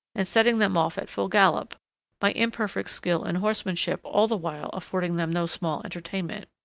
and setting them off at full gallop my imperfect skill in horsemanship all the while affording them no small entertainment.